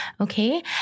okay